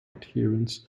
adherence